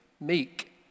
meek